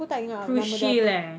PRUShield eh